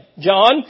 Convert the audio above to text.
John